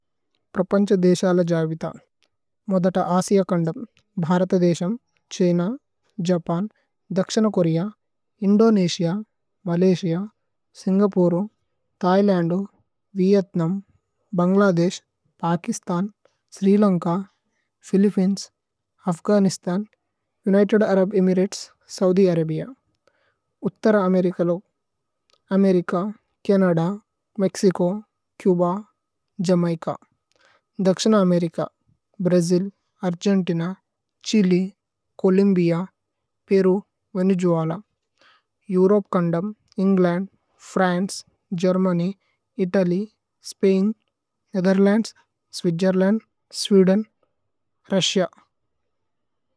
പ്രപന്ഛ ദേശല ജവിത। മോദത അസിഅ കന്ദമ്। ഭ്ഹരത ദേശമ്, ഛ്ഹിന, ജപന്, ദക്ശിന Korea. Indonesia, Malaysia, Singapore, Thailand. Vietnam, Bangladesh, Pakistan, Sri Lanka. Philippines, Afghanistan, United Arab Emirates. Saudi Arabia ഉത്തര അമേരികലോ, America, Canada. Mexico, Cuba, Jamaica, ദക്ശിന America, Brazil. Argentina, Chile, Colombia, Peru, Venezuela. Europe കന്ദമ്, England, France, Germany, Italy. Spain, Netherlands, Switzerland, Sweden, Russia.